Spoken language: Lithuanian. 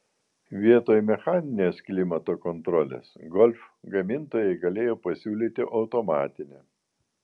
vietoj mechaninės klimato kontrolės golf gamintojai galėjo pasiūlyti automatinę